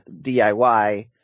DIY